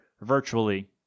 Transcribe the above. virtually